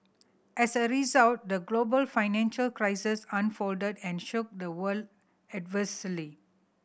as a result the global financial crisis unfolded and shook the world adversely